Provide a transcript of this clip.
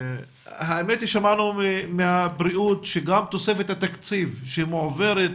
שמענו מהבריאות שגם תוספת התקציב שמועברת